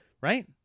right